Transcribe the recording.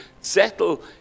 settle